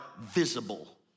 visible